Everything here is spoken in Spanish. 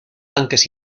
tanques